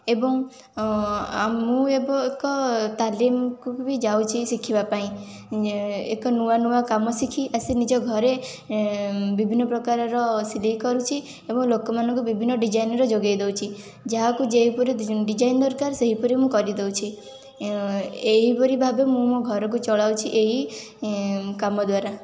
ଏବଂ ମୁଁ ଆଉ ଏକ ତାଲିମ୍ କୁ ବି ଯାଉଛି ଶିଖିବା ପାଇଁ ଏକ ନୂଆ ନୂଆ କାମ ଶିଖି ଆସି ନିଜ ଘରେ ବିଭିନ୍ନ ପ୍ରକାରର ସିଲେଇ କରୁଛି ଏବଂ ଲୋକମାନଙ୍କୁ ବିଭିନ୍ନ ଡିଜାଇନର ଯୋଗେଇ ଦେଉଛି ଯାହାକୁ ଯେଉଁପରି ଡିଜାଇନ୍ ଦରକାର ସେହିପରି ମୁଁ କରିଦେଉଛି ଏହିପରି ଭାବେ ମୁଁ ମୋ ଘରକୁ ଚଳାଉଛି ଏହି କାମ ଦ୍ଵାରା